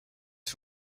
ses